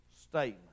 statement